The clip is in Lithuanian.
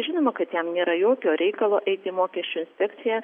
žinoma kad jam nėra jokio reikalo eiti į mokesčių inspekciją